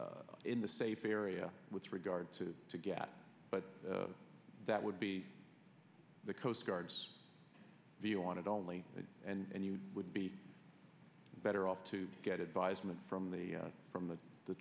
is in the safe area with regard to to get but that would be the coast guard's view on it only and you would be better off to get advisement from the from the t